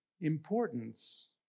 importance